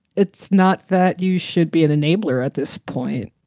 it's not that you should be an enabler at this point.